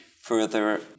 further